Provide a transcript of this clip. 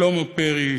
שלמה פרי,